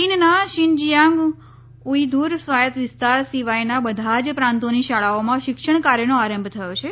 ચીનના Xinjiang Uyghur સ્વાયત્ત વિસ્તાર સિવાયના બધા જ પ્રાંતોની શાળાઓમાં શિક્ષણ કાર્યનો આરંભ થયો છે